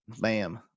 Bam